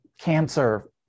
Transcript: cancer